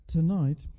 Tonight